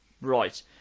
Right